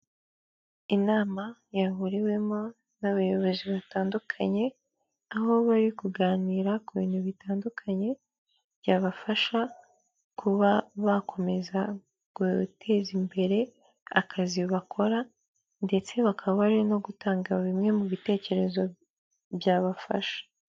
Inama yahuriwemo n'abayobozi batandukanye aho bari kuganira ku bintu bitandukanye , byabafasha kuba bakomeza guteza imbere akazi bakora ndetse bakaba bari no gutanga bimwe mu bitekerezo byabafasha.